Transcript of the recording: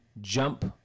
jump